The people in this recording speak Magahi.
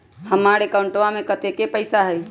हमार अकाउंटवा में कतेइक पैसा हई?